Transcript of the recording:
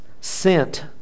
sent